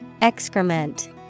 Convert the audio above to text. Excrement